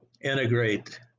integrate